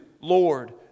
Lord